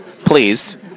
please